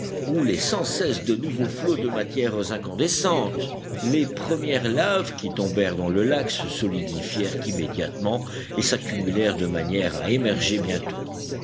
roulait sans cesse de nouveaux flots de matières incandescentes les premières laves qui tombèrent dans le lac se solidifièrent immédiatement et s'accumulèrent de manière à émerger bientôt